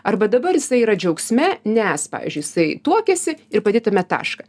arba dabar jisai yra džiaugsme nes pavyzdžiui jisai tuokiasi ir padėtume tašką